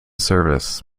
service